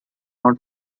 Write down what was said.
not